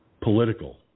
political